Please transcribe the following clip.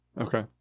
okay